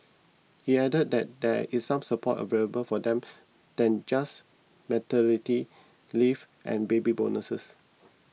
he added that there is some support available for them than just maternity leave and baby bonuses